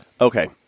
Okay